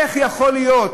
איך יכול להיות,